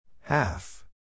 Half